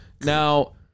Now